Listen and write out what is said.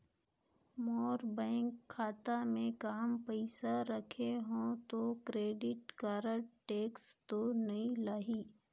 मोर bank खाता मे काम पइसा रखे हो तो क्रेडिट कारड टेक्स तो नइ लाही???